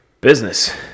business